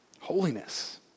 Holiness